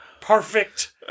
Perfect